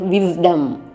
Wisdom